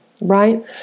right